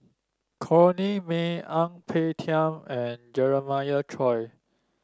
Corrinne May Ang Peng Tiam and Jeremiah Choy